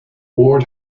ward